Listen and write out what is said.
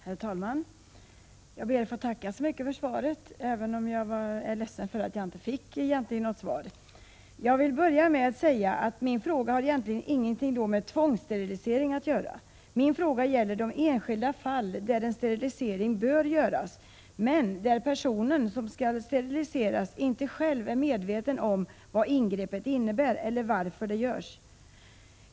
Herr talman! Jag ber att få tacka så mycket för svaret, även om jag är ledsen för att jag egentligen inte har fått något svar. Jag vill börja med att säga att min fråga egentligen inte har någonting med tvångssterilisering att göra. Min fråga gäller de enskilda fall där en 42 sterilisering bör göras men där personen som skall steriliseras själv inte är medveten om vad ingreppet innebär eller varför det görs.